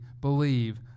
believe